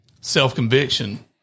self-conviction